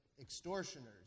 extortioners